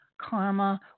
karma